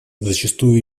зачастую